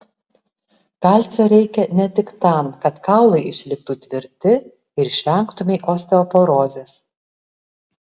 kalcio reikia ne tik tam kad kaulai išliktų tvirti ir išvengtumei osteoporozės